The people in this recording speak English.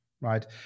right